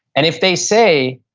and if they say,